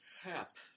Hap